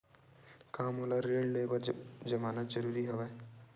का मोला ऋण ले बर जमानत जरूरी हवय?